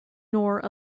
nor